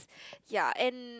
ya and